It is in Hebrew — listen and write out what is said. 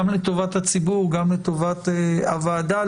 גם לטובת הציבור וגם לטובת הוועדה,